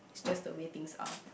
just the way things are